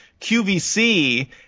QVC